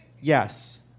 Yes